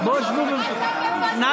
נא